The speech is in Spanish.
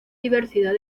diversidad